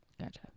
Gotcha